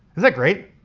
that great?